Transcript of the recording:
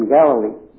Galilee